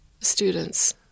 students